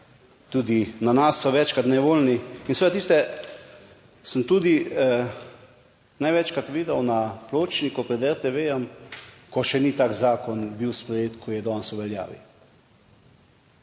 tudi na nas so večkrat nejevoljni in seveda tiste sem tudi največkrat videl na pločniku pred RTV, ko še ni tak zakon bil sprejet, ko je danes v veljavi.